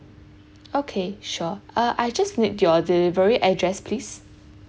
okay sure uh I just need your delivery address please